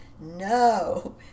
no